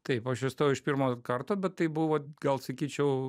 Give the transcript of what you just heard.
taip aš įstojau iš pirmo karto bet tai buvo gal sakyčiau